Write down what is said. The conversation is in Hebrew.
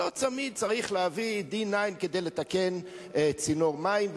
ולא תמיד צריך להביא די-9 כדי לתקן צינור מים.